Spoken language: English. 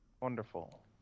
wonderful